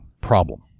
problem